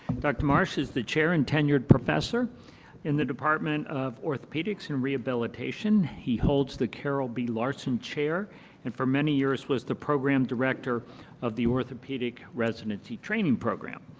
doctor marsh is the chair in tenured professor in the department of orthopedics and rehabilitation. he holds the carol b larson chair and for many years was the program director of the orthopedic residency training program.